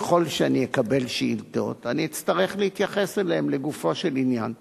ככל שאני אקבל שאילתות אני אצטרך להתייחס אליהן לגופו של עניין.